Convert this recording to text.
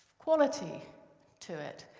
quality to it.